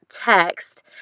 text